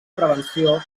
prevenció